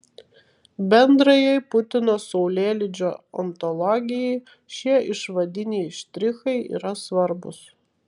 bendrajai putino saulėlydžio ontologijai šie išvadiniai štrichai yra svarbūs